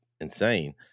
insane